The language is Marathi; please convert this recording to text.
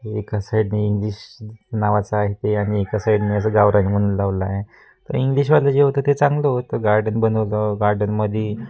एका साईडने इंग्लिश नावाचं आहे ते आणि एका साईडने असं गावरानी म्हणून लावलं आहे तर इंग्लिशवालं जे होतं ते चांगलं होतं गार्डन बनवलं गार्डनमध्ये